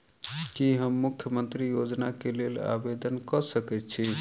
की हम मुख्यमंत्री योजना केँ लेल आवेदन कऽ सकैत छी?